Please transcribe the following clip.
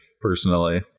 personally